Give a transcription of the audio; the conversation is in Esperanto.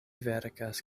verkas